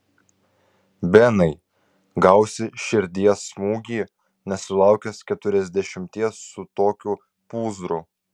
benai gausi širdies smūgį nesulaukęs keturiasdešimties su tokiu pūzru